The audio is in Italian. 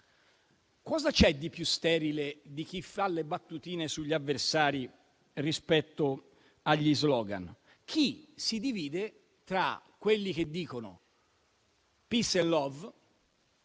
cosa c'è di più sterile di chi fa le battutine sugli avversari rispetto agli *slogan*? Dividersi tra quelli che dicono *peace and love*,